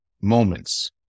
moments